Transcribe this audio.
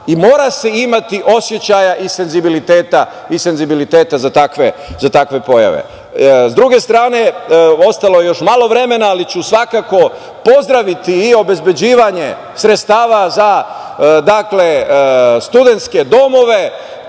Mora se imati osećaja i senzibiliteta za takve pojave. Sa druge strane, ostalo je još malo vremena ali ću svakako pozdraviti i obezbeđivanje sredstava za studentske domove,